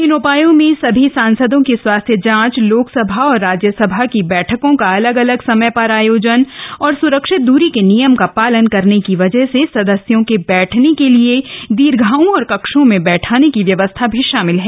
इन उपायों में सभी सांसदों की स्वास्थ्य जांच लोकसभा और राज्यसभा की बैठकों का अलग अलग समय पर आयोजन और सुरक्षित दूरी के नियम का पालन करने की वजह से सदस्यों के बैठने के लिए दीर्घाओं और कक्षों में बैठाने की व्यवस्था भी शामिल है